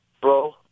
bro